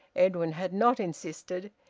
edwin had not insisted.